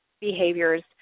behaviors